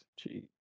Jeez